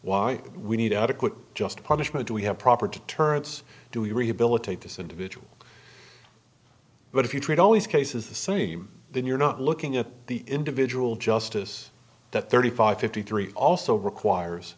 why we need adequate just punishment do we have proper turd's do we rehabilitate this individual but if you treat all these cases the same then you're not looking at the individual justice that thirty five fifty three also requires